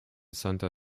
santa